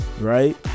right